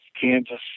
Kansas